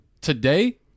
Today